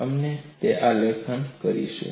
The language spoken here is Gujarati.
અમે તે આલેખન કરીશું